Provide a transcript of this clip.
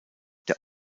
der